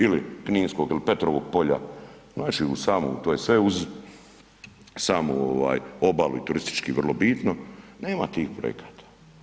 Ili Kninskog ili Petrovog polja, znači u samom, to je sve uz samu obalu i turistički vrlo bitno, nema tih projekata.